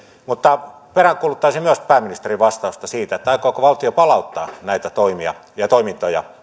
mutta peräänkuuluttaisin myös pääministerin vastausta siitä aikooko valtio palauttaa näitä toimia ja toimintoja